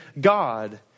God